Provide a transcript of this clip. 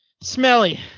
smelly